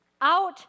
out